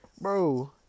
bro